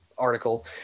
article